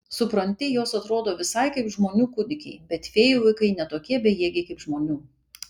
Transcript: supranti jos atrodo visai kaip žmonių kūdikiai bet fėjų vaikai ne tokie bejėgiai kaip žmonių